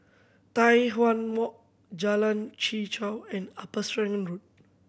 Tai Hwan Walk Jalan Chichau and Upper Serangoon Road